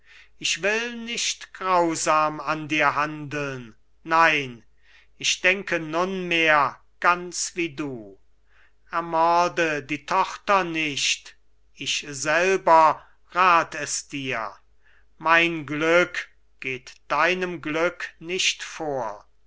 ich will nicht grausam an dir handeln nein ich denke nunmehr ganz wie du ermorde die tochter nicht ich selber rath es dir mein glück geh deinem glück nicht vor